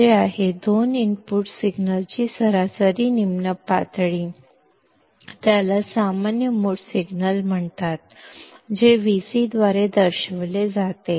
ಅಂದರೆ ಇದು ಎರಡು ಇನ್ಪುಟ್ ಸಿಗ್ನಲ್ಗಳ ಆವ್ರೇಜ್ ಲೊ ಲೆವೆಲ್ ಆಗಿರುತ್ತದೆ ಮತ್ತು ಇದನ್ನು ಕಾಮನ್ ಮೋಡ್ ಸಿಗ್ನಲ್ ಎಂದು ಕರೆಯಲಾಗುತ್ತದೆ ಇದನ್ನು Vc ಎಂದು ಸೂಚಿಸಲಾಗುತ್ತದೆ